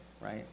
right